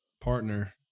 partner